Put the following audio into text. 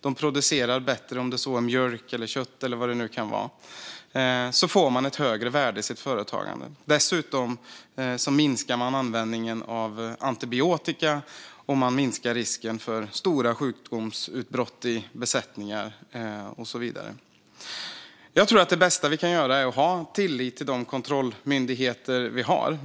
De producerar bättre oavsett om det är fråga om mjölk, kött eller något annat. Då får man ett högre värde i sitt företagande. Dessutom minskar man användningen av antibiotika, och man minskar risken för stora sjukdomsutbrott i besättningar och så vidare. Jag tror att det bästa vi kan göra är att ha tillit till de kontrollmyndigheter som vi har.